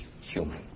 human